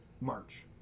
March